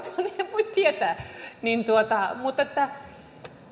voi tietää mutta